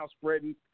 spreading